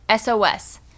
SOS